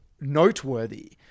noteworthy